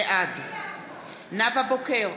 בעד נאוה בוקר,